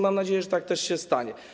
Mam nadzieję, że tak się stanie.